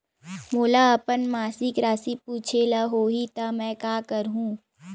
मोला अपन मासिक राशि पूछे ल होही त मैं का करहु?